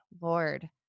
Lord